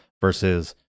versus